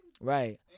Right